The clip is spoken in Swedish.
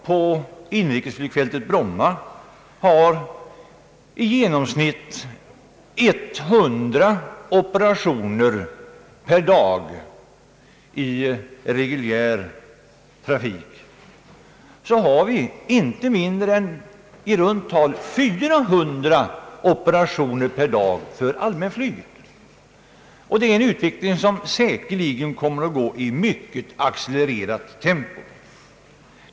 På inrikesflygfältet i Bromma har vi för närvarande i genomsnitt 100 operationer per dag i reguljär trafik. För allmänflygets del förekommer i runt tal inte mindre än 400 operationer. Denna utveckling kommer säkerligen att gå i mycket accelererat tempo.